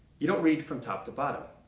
you don't read from top to bottom.